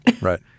Right